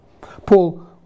Paul